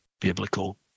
biblical